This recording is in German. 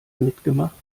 mitgemacht